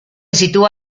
sitúa